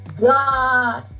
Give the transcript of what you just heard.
God